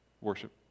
worship